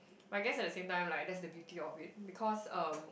but I guess at the same time like that's the beauty of it because um